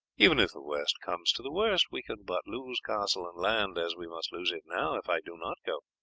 even if the worst comes to the worst we can but lose castle and land, as we must lose it now if i do not go.